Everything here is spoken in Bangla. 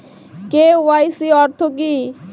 কে.ওয়াই.সি অর্থ কি?